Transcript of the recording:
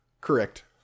Correct